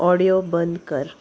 audio बंद कर